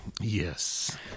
Yes